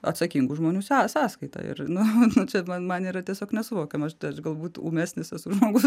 atsakingų žmonių są sąskaita ir na čia man man yra tiesiog nesuvokiama aš galbūt ūmesnis žmogus